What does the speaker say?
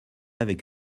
avec